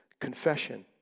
confession